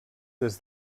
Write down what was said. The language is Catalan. des